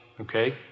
Okay